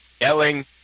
yelling